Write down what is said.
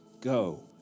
go